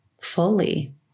fully